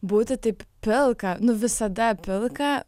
būti taip pilka nu visada pilka